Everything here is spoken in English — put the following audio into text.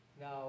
Now